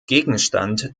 gegenstand